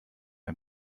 ein